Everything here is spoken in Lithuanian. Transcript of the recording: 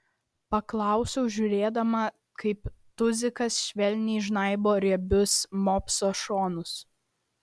paklausiau žiūrėdama kaip tuzikas švelniai žnaibo riebius mopso šonus